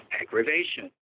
aggravation